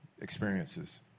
experiences